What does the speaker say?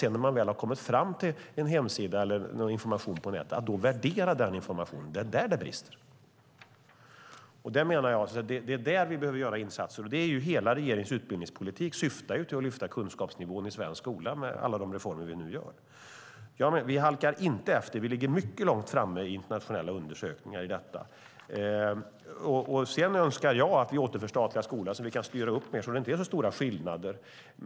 Men när man väl har kommit fram till en hemsida eller någon information på nätet ska man värdera denna information. Det är där det brister, och det är där som vi behöver göra insatser. Hela regeringens utbildningspolitik med alla reformer som vi genomför syftar till att lyfta kunskapsnivån i svensk skola. Vi halkar inte efter. Vi ligger mycket långt fram i internationella undersökningar i fråga om detta. Sedan önskar jag att vi återförstatligar skolan så att vi kan styra upp mer så att det inte blir så stora skillnader.